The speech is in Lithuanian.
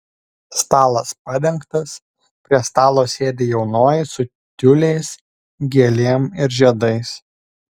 stalas padengtas prie stalo sėdi jaunoji su tiuliais gėlėm ir žiedais